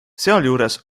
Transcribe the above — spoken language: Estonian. sealjuures